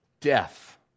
Death